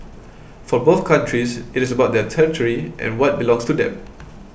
for both countries it is about their territory and what belongs to them